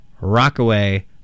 Rockaway